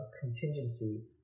contingency